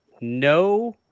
No